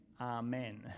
amen